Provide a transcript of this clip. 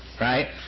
right